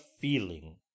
feeling